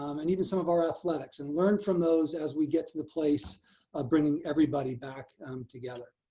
um and even some of our athletics and learn from those as we get to the place of bringing everybody back together.